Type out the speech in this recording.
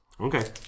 Okay